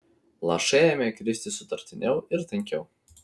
lašai ėmė kristi sutartiniau ir tankiau